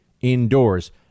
indoors